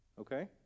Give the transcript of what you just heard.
Okay